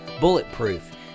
Bulletproof